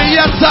yes